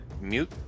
mute